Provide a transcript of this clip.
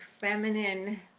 feminine